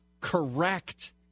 correct